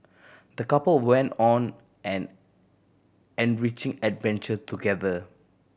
the couple went on an enriching adventure together